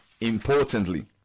importantly